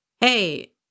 hey